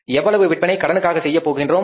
எவ்வளவு விற்பனை கடனுக்காக செய்யப் போகின்றோம்